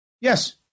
Yes